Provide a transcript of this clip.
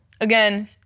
Again